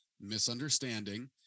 misunderstanding